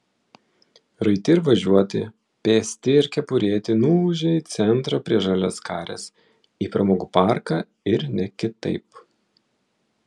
raiti ir važiuoti pėsti ir kepurėti nuūžė į centrą prie žaliaskarės į pramogų parką ir ne kitaip